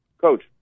Coach